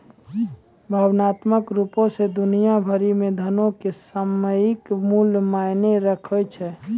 भावनात्मक रुपो से दुनिया भरि मे धनो के सामयिक मूल्य मायने राखै छै